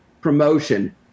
promotion